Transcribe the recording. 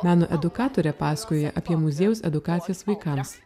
meno edukatorė pasakoja apie muziejaus edukacijas vaikams